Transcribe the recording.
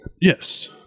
Yes